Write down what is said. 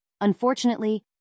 Unfortunately